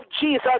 Jesus